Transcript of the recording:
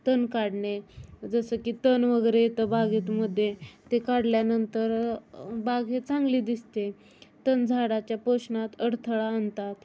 तण काढणे जसं की तण वगैरे येतं बागेतमध्ये ते काढल्यानंतर बाग हे चांगले दिसते तण झाडाच्या पोषणात अडथळा आणतात